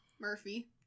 Murphy